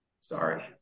Sorry